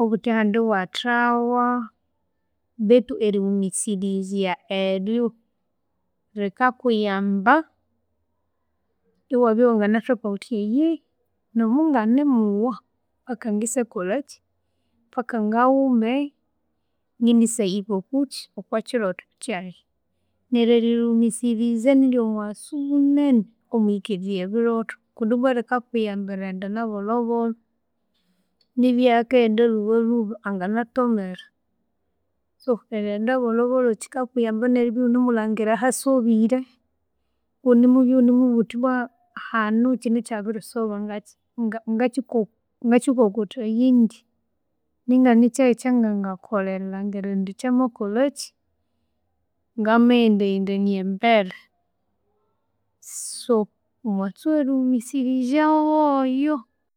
Obundi ahandi iwathawa bethu eriwumisirizya eryu rikakuyamba iwabya wanganathoka wuthi eyihi nomunganimuwa paka ngisakolekyi paka ngawume ngindisyahika okukyi okwakyilotho kyayi. Neryo eriwumisirizya niryomughaso munene omwihikirirya ebilotho kundi ibwa rikakuyamba erighenda nabolhobolho. Nobya ayakaghenda lhubalhuba anganatomera. So erighenda bolhobolho kyikakuyamba neribya iwunemulhangira ahasobire iwunemubya iwunemubya wuthi ibwa hanu kyinu kyabirisoba ngakyi ngakyikokothaye indi. Ninga nikyahi ekyangangakolha erilhangira indi kyamakolhakyi, ngamaghendaghendania embere. So omughaso oweriwumisirizya woyo